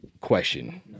question